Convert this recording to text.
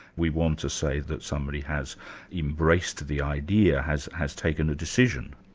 we want to say that somebody has embraced the idea, has has taken a decision.